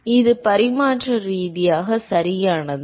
இது பரிமாண ரீதியாக சரியானதா